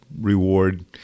reward